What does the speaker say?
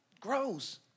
grows